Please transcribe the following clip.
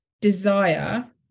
desire